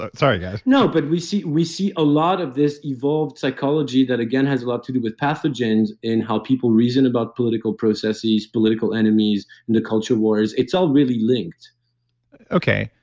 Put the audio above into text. ah sorry, guys no, but we see we see a lot of this evolved psychology that again has a lot to do with pathogens in how people reason about political processes, political enemies and the culture wars. it's all really linked okay.